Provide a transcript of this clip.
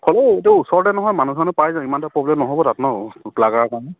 হ'ব এটো ওচৰতে নহয় মানুহ চানুহ পায় যায় প্ৰব্লেম নহ'ব